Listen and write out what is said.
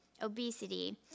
Obesity